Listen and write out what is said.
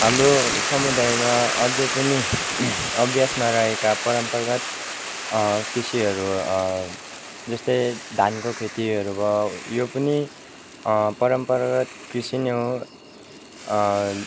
हाम्रो समुदायमा अझै पनि अभ्यासमा रहेका परम्परागत कृषिहरू जस्तै धानको खेतीहरू भयो यो पनि परम्परागत कृषि नै हो